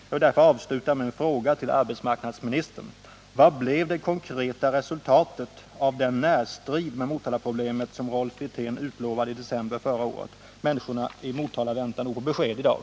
Jag vill därför avsluta med en fråga till arbetsmarknadsministern: Vad blev det konkreta resultatet av den ”närstrid med Motalaproblemet” som utlovades i december förra året? Människorna i Motala väntar på besked i dag!